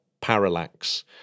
parallax